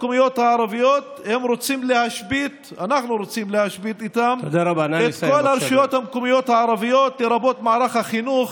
אני אומר לך, ניהלתי איתו משא ומתן על חוק הלאום,